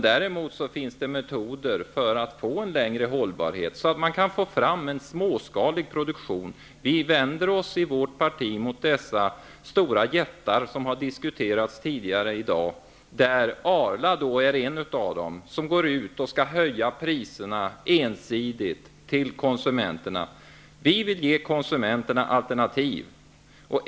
Däremot finns det metoder för att få en längre hållbarhet så att man kan få fram en småskalig produktion. Vi vänder oss i vårt parti mot dessa stora jättar vilka har diskuterats tidigare i dag. Arla är en utav dem. De går ut ensidigt och skall höja priserna för konsumenterna. Vi vill ge konsumenterna alternativ.